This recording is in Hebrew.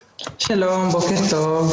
שלום, בוקר טוב.